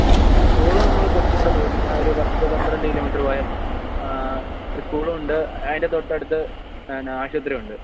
school നമ്മൾ കുറച്ചും കൂടെ ആ ഒരു പത്തു പന്ത്രണ്ട് കിലോമീറ്റർ പോയാൽ ഒരു സ്കൂൾ ഉണ്ട് അതിൻ്റെ തൊട്ടടുത്ത് എന്നാ ആശുപത്രിയും ഉണ്ട്